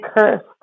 cursed